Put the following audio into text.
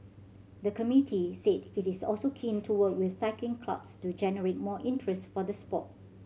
the committee said it is also keen to work with cycling clubs to generate more interest for the sport